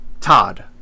Todd